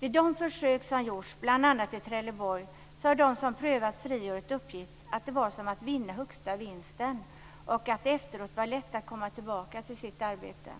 Vid de försök som har gjort bl.a. i Trelleborg har de som prövat friåret uppgett att det var som att vinna högsta vinsten och att det efteråt var lätt att komma tillbaka till sitt arbete.